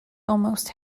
almost